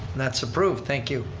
that's approved, thank you.